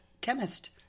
chemist